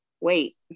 Wait